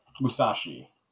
Musashi